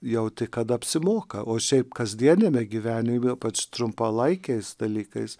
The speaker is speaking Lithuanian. jauti kad apsimoka o šiaip kasdieniame gyvenime ypač trumpalaikiais dalykais